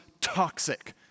toxic